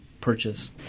purchase